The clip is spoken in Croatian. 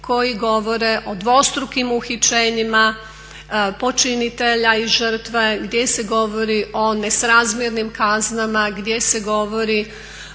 koji govore o dvostrukim uhićenjima počinitelja i žrtve, gdje se govori o nesrazmjernim kaznama, gdje se govori